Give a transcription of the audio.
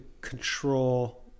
control